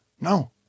No